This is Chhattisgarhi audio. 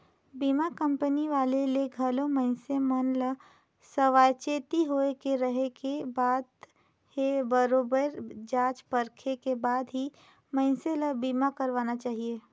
बीमा कंपनी वाले ले घलो मइनसे मन ल सावाचेती होय के रहें के बात हे बरोबेर जॉच परखे के बाद ही मइनसे ल बीमा करवाना चाहिये